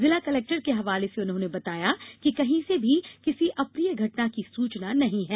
जिला कलेक्टर के हवाले से उन्होंने बताया कि कहीं से भी किसी अप्रिय घटना की सूचना नहीं है